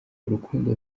urukundo